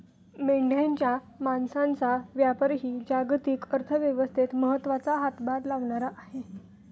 मेंढ्यांच्या मांसाचा व्यापारही जागतिक अर्थव्यवस्थेत महत्त्वाचा हातभार लावणारा आहे